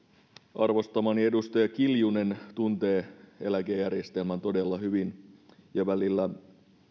arvostamani edustaja kiljunen tuntee eläkejärjestelmän todella hyvin ja välillä